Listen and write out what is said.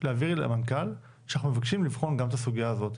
להעביר למנכ"ל שאנחנו מבקשים לבחון גם את הסוגיה הזאת.